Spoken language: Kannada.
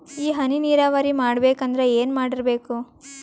ಈ ಹನಿ ನೀರಾವರಿ ಮಾಡಬೇಕು ಅಂದ್ರ ಏನ್ ಮಾಡಿರಬೇಕು?